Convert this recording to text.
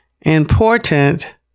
important